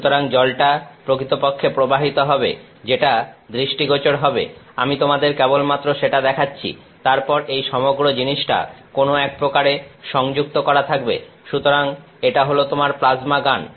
সুতরাং জলটা প্রকৃতপক্ষে প্রবাহিত হবে যেটা দৃষ্টিগোচর হবে আমি তোমাদের কেবলমাত্র সেটা দেখাচ্ছি তারপর এই সমগ্র জিনিসটা কোন এক প্রকারে সংযুক্ত করা থাকবে সুতরাং এটা হল তোমার প্লাজমা গান